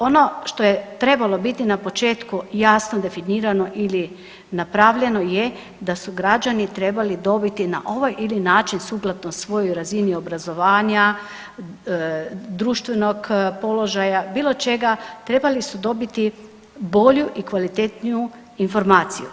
Ono što je trebalo biti na početku jasno definirano ili napravljeno je da su građani trebali dobiti na ovaj ili onaj način suglasnost svojoj razini obrazovanja, društvenog položaja, bilo čega trebali su dobiti bolju i kvalitetniju informaciju.